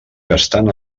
gastant